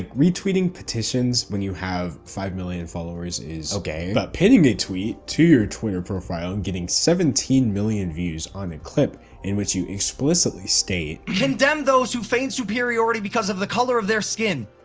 like retweeting petitions when you have five million followers is okay, but pinning a tweet to your twitter profile and getting seventeen million views on a clip in which you explicitly state. condemn those who feigned superiority because of the color of their skin!